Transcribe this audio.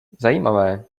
zajímavé